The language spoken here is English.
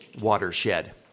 Watershed